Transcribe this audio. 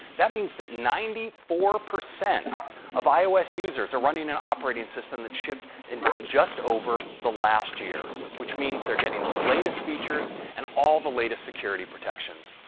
that means that ninety four percent of ios users are running their and operating system that shipped in just over the last year which means they're getting the latest features and all the latest security protections.